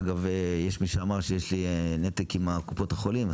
אגב יש מי שאמר שיש לי נתק עם קופות החולים,